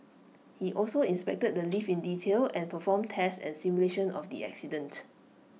he also inspected the lift in detail and performed tests and simulation of the accident